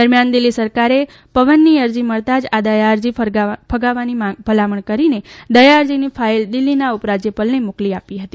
દરમિયાન દિલ્ફી સરકારને પવનને અરજી મળતા જ આ દયા અરજી ફગાવવાની ભલામણ કરીને દયા અરજીની ફાઇલ દિલ્ફીના ઉપરાજ્યપાલને મોકલી આપી છે